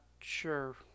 sure